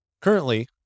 Currently